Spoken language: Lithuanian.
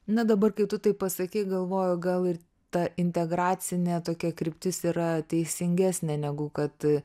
na dabar kai tu taip pasakei galvoju gal ir ta integracinė tokia kryptis yra teisingesnė negu kad